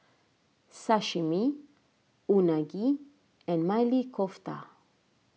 Sashimi Unagi and Maili Kofta